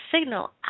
signal